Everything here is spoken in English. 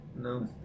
No